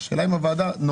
אז השאלה אם הוועדה נוגעת